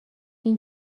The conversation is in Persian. این